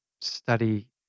study